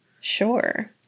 Sure